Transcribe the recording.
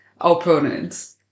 opponents